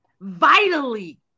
Vitally